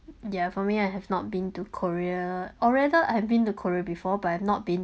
ya for me I have not been to korea or rather I've been to korea before but I've not been